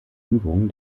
übungen